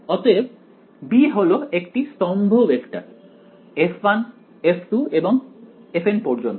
অতএব b হলো একটি স্তম্ভ ভেক্টর f1 f2 এবং fN পর্যন্ত